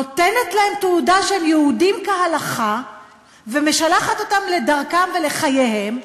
נותנת להם תעודה שהם יהודים כהלכה ומשלחת אותם לדרכם ולחייהם,